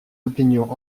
opinions